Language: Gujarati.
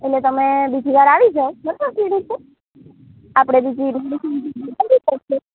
એટલે તમે બીજીવાર આવી જાવ બરાબર ક્લિનિક પર આપણે બીજી મેડિસિન પણ બદલવી હોય તો